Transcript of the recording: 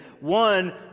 One